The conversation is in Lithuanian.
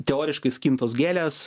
teoriškai skintos gėlės